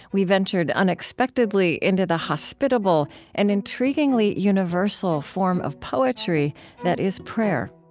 we ventured unexpectedly into the hospitable and intriguingly universal form of poetry that is prayer